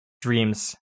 dreams